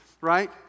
right